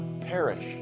perish